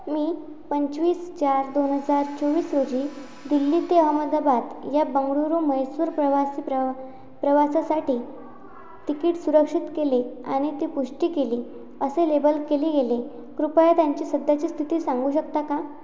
मी पंचवीस चार दोन हजार चोवीस रोजी दिल्ली ते अहमदाबाद या बंगळुरू म्हैसूर प्रवासी प्रवा प्रवासासाठी तिकीट सुरक्षित केले आणि ती पुष्टी केली असे लेबल केली गेले कृपया त्यांची सध्याची स्थिती सांगू शकता का